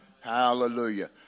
Hallelujah